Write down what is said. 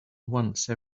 once